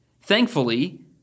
Thankfully